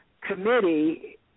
committee